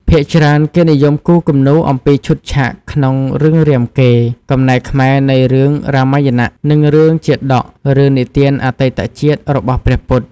ភាគច្រើន គេនិយមគូរគំនូរអំពីឈុតឆាកក្នុង រឿងរាមកេរ្តិ៍ (កំណែខ្មែរនៃរឿងរាមាយណៈ) និង រឿងជាតក (រឿងនិទានអតីតជាតិរបស់ព្រះពុទ្ធ)។